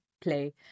play